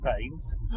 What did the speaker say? pains